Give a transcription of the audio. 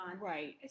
right